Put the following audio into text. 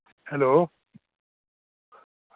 hello